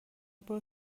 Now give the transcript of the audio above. برو